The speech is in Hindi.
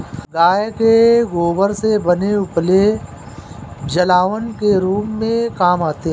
गाय के गोबर से बने उपले जलावन के रूप में काम आते हैं